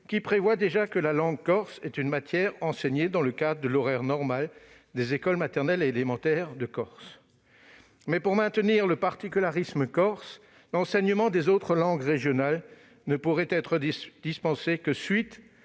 qui prévoit déjà que la langue corse est une matière enseignée dans le cadre de l'horaire normal des écoles maternelles et élémentaires de Corse. Mais, pour maintenir le particularisme corse, l'enseignement des autres langues régionales ne pourrait être dispensé qu'après